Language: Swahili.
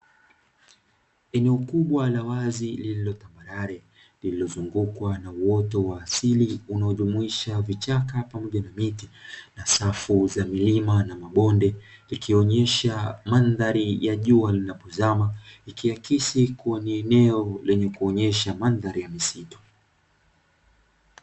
Eneo kubwa la wazi lililo tambarare, lililozungukwa na uoto wa asili unaojumuisha vichaka pamoja na miti na safu za milima na mabonde, ikionyesha mandhari ya jua linapozama, ikiakisi kuwa ni eneo lenye kuonyesha mandhari ya misitu.